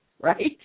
right